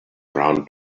brown